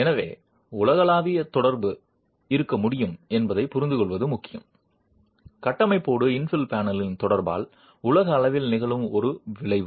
எனவே உலகளாவிய தொடர்பு இருக்க முடியும் என்பதைப் புரிந்துகொள்வது முக்கியம் கட்டமைப்போடு இன்ஃபில் பேனலின் தொடர்பால் உலக அளவில் நிகழும் ஒரு விளைவு